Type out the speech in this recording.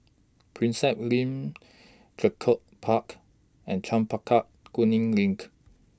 Prinsep LINK Draycott Park and Chempaka Kuning LINK